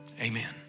amen